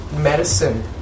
Medicine